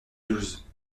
douze